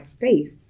faith